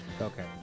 Okay